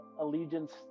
allegiance